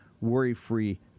worry-free